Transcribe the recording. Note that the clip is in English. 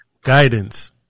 Guidance